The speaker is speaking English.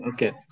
Okay